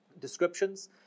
descriptions